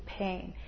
pain